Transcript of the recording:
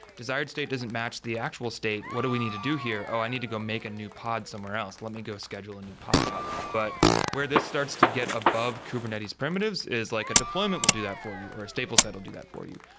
desired state doesn't match the actual state. what do we need to do here? oh, i need to go make a new pod somewhere else. let me go schedule a new pod out. but where this starts to get above kubernetes primitives is like a deployment will do that for you, or a stateful set will do that for you.